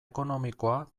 ekonomikoa